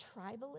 tribalism